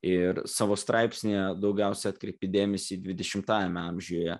ir savo straipsnyje daugiausiai atkreipi dėmesį į dvidešimtajame amžiuje